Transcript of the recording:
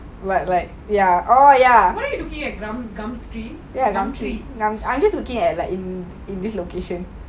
why are you looking at gumtree